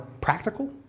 practical